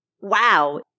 wow